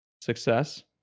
success